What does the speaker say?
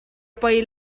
poi